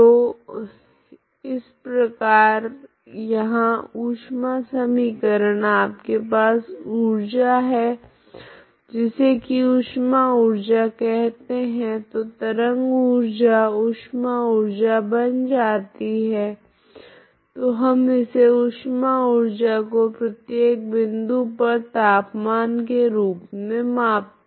तो इसी प्रकार यहाँ ऊष्मा समीकरण आपके पास ऊर्जा है जिसे की ऊष्मा ऊर्जा कहते है तो तरंग ऊर्जा ऊष्मा ऊर्जा बन जाती है तो हम इसे ऊष्मा ऊर्जा को प्रत्येक बिन्दु पर तापमान के रूप मे मापते है